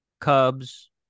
Cubs